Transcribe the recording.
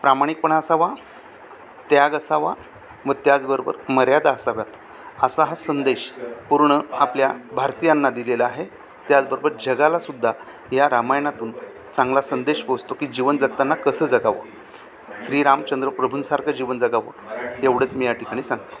प्रामाणिकपणा असावा त्याग असावा व त्याचबरोबर मर्यादा असाव्यात असा हा संदेश पूर्ण आपल्या भारतीयांना दिलेला आहे त्याचबरोबर जगालासुद्धा या रामायणातून चांगला संदेश पोचतो की जीवन जगताना कसं जगावं श्रीरामचंद्र प्रभूंसारखं जीवन जगावं एवढंच मी या ठिकाणी सांगतो